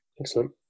Excellent